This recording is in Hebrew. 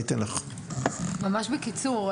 ממש בקצרה: